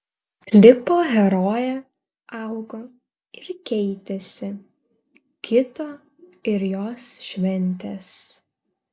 klipo herojė augo ir keitėsi kito ir jos šventės